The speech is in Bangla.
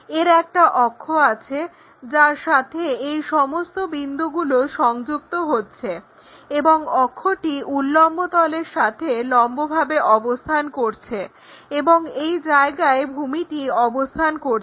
এর একটা অক্ষ রয়েছে যার সাথে এই সমস্ত বিন্দুগুলো সংযুক্ত হচ্ছে এবং অক্ষটি উল্লম্ব তলের সাথে লম্বভাবে অবস্থান করছে এবং এই জায়গায় ভূমিটি অবস্থান করছে